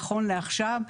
נכון לעכשיו,